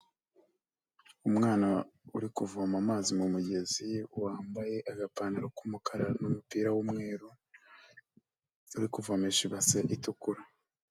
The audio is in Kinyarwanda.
Umwana uri kuvoma amazi mu mugezi wambaye agapantaro kumukara n'umupira w'umweru, uri kuvomesha ibase itukura.